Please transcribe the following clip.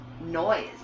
noise